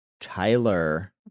Tyler